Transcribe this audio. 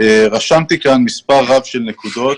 רשמתי כאן מספר רב של נקודות,